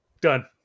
Done